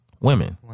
women